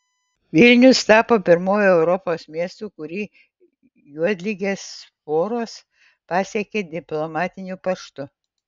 vilnius tapo pirmuoju europos miestu kurį juodligės sporos pasiekė diplomatiniu paštu